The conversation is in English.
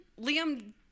Liam